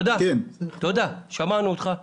שמענו אותך.